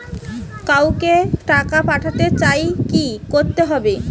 কাউকে টাকা পাঠাতে চাই কি করতে হবে?